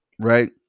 right